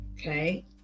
okay